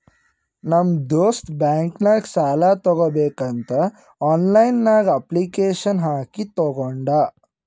ನಮ್ ದೋಸ್ತ್ ಬ್ಯಾಂಕ್ ನಾಗ್ ಸಾಲ ತಗೋಬೇಕಂತ್ ಆನ್ಲೈನ್ ನಾಗೆ ಅಪ್ಲಿಕೇಶನ್ ಹಾಕಿ ತಗೊಂಡ್